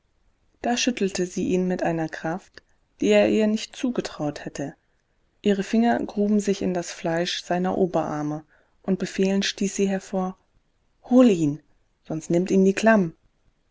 da schüttelte sie ihn mit einer kraft die er ihr nicht zugetraut hätte ihre finger gruben sich in das fleisch seiner oberarme und befehlend stieß sie hervor hol ihn sonst nimmt ihn die